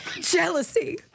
Jealousy